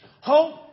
hope